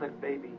baby